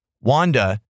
Wanda